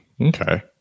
Okay